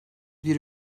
bir